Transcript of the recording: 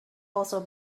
also